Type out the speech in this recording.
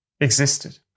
existed